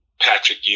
Patrick